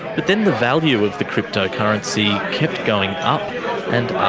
but then the value of the cryptocurrency kept going up and up.